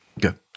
Good